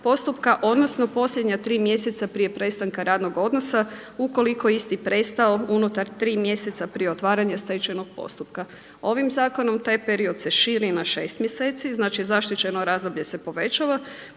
postupka, odnosno posljednja 3 mjeseca prije prestanka radnog odnosa ukoliko je isti prestao unutar 3 mjeseca pri otvaranja stečajnog postupka. Ovim zakonom taj period se širi na 6 mjeseci, znači zaštićeno razdoblje se povećava.